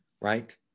right